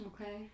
Okay